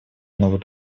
новый